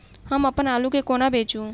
हम अप्पन आलु केँ कोना बेचू?